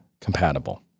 compatible